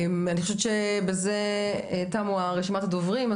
אני חושבת שבזה תמה רשימת הדוברים,